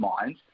mind